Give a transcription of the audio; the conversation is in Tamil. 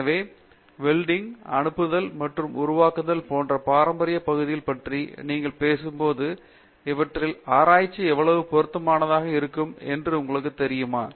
எனவே வெல்டிங் அனுப்புதல் மற்றும் உருவாக்குதல் போன்ற பாரம்பரிய பகுதிகள் பற்றி நீங்கள் பேசும்போது இவற்றில் ஆராய்ச்சி எவ்வளவு பொருத்தமானதாக இருக்கும் என்பது உங்களுக்கு தெரியுமா